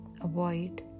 Avoid